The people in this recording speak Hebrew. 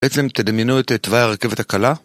בעצם תדמינו את תוואי הרכבת הקלה